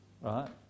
right